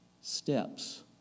steps